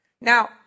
Now